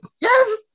Yes